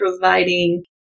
providing